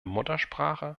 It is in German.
muttersprache